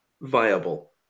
viable